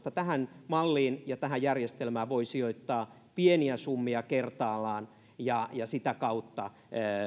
tähän malliin ja tähän järjestelmään voi sijoittaa pieniä summia kerrallaan ja sitä kautta